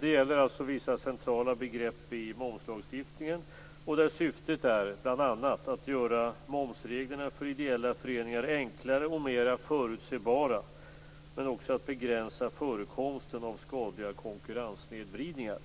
Det gäller alltså vissa centrala begrepp i momslagstiftningen, och syftet är bl.a. att göra momsreglerna för ideella föreningar enklare och mera förutsägbara, men också att begränsa förekomsten av skadliga konkurrenssnedvridningar.